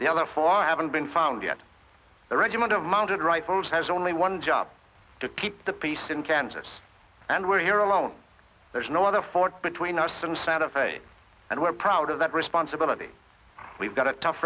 four haven't been found yet the regiment of mounted rifles has only one job to keep the peace in kansas and we're here alone there's no other forth between us from santa fe and we're proud of that responsibility we've got a tough